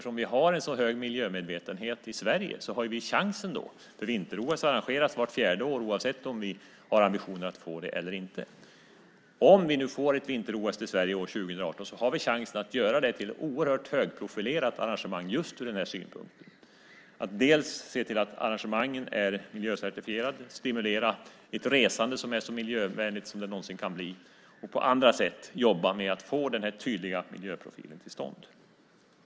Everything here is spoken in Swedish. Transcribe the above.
Men vinter-OS arrangeras vart fjärde år oavsett om vi har ambitionen att få det eller inte och eftersom vi har en sådan hög miljömedvetenhet i Sverige har vi om vi får ett vinter-OS 2018 chansen att göra det till ett högprofilerat arrangemang ur just denna synpunkt. Vi kan se till att arrangemangen är miljöcertifierade, stimulera ett resande som är så miljövänligt som det någonsin kan bli och på andra sätt jobba med att få en tydlig miljöprofil till stånd.